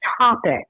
topic